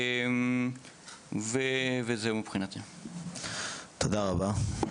תודה רבה.